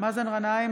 מאזן גנאים,